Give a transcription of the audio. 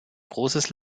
großes